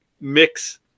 mix